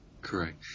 Correct